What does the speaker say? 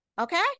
okay